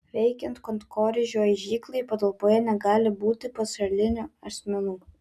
veikiant kankorėžių aižyklai patalpoje negali būti pašalinių asmenų